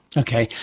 okay.